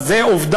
אז זו עובדה,